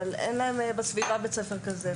אבל אין בית ספר כזה בסביבה,